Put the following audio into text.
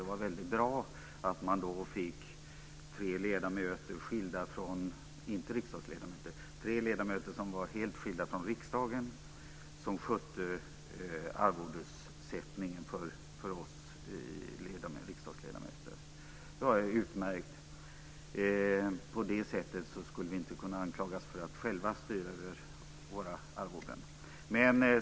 Det var väldigt bra att få tre ledamöter - inte riksdagsledamöter - helt skilda från riksdagen som skötte arvodessättningen för oss riksdagsledamöter. Detta var utmärkt. På det sättet skulle vi inte kunna anklagas för att själva styra över våra arvoden.